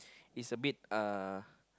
is a bit uh